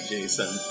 Jason